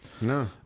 No